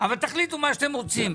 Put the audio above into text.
אבל תחליטו מה שאתם רוצים.